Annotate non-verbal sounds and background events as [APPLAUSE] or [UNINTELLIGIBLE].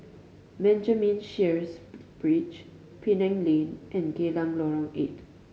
Benjamin Sheares [UNINTELLIGIBLE] Bridge Penang Lane and Geylang Lorong Eight